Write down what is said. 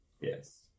Yes